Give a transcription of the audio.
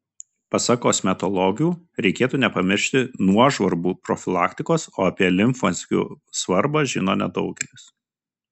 pasak kosmetologių reikėtų nepamiršti nuožvarbų profilaktikos o apie limfmazgių svarbą žino nedaugelis